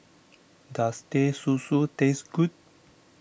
does Teh Susu taste good